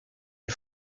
les